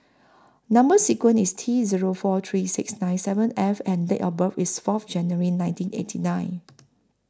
Number sequence IS T Zero four three six nine seven F and Date of birth IS Fourth January nineteen eighty nine